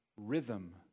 rhythm